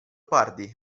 pardi